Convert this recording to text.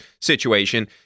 situation